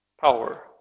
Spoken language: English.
power